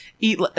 eat